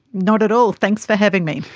not at all, thanks for having me.